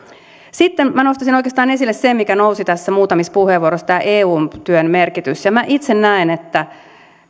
sitten minä nostaisin oikeastaan esille sen mikä nousi tässä muutamissa puheenvuoroissa tämän eun työn merkityksen minä itse näen että